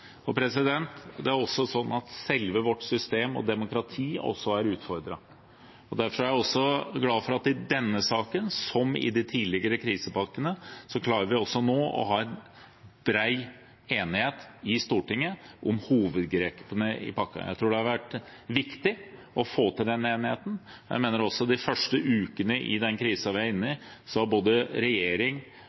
og andre land gjennomfører, står vi midt oppe i en verdensomspennende økonomisk krise. Det er slik at selve vårt system og demokrati også er utfordret. Derfor er jeg glad for at vi også nå, som i de tidligere krisepakkene, klarer å ha en bred enighet i Stortinget om hovedgrepene i pakken. Jeg tror det har vært viktig å få til denne enigheten. Jeg mener også at både storting og regjering i de første ukene i den krisen vi er inne i, har